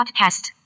podcast